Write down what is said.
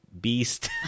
beast